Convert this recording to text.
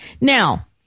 Now